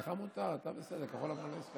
לך מותר, אתה בסדר, כחול לבן לא,